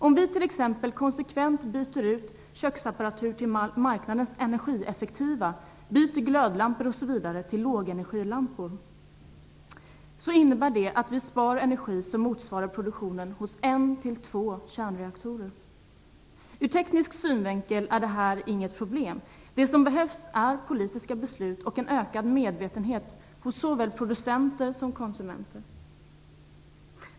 Om vi t.ex. konsekvent byter ut köksapparatur till marknadens energieffektiva, byter glödlampor osv. till lågenergilampor, innebär det att vi sparar energi som motsvarar produktionen hos 1-2 kärnreaktorer. Ur teknisk synvinkel är detta inget problem. Det som behövs är politiska beslut och en ökad medvetenhet hos såväl producenter som konsumenter.